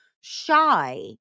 shy